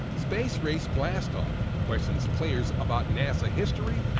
space race blastoff questions players' about nasa history,